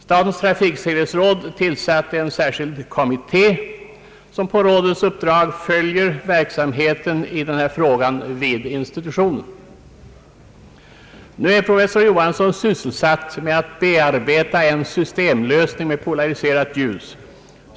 Statens trafiksäkerhetsråd har tillsatt en särskild kommitté som på rådets uppdrag följer verksamheten i den här frågan vid institutionen. Professor Johansson är för närvarande, såsom nämns i motionerna, sysselsatt med att bearbeta en systemlösning när det gäller polariserat ljus.